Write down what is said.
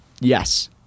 yes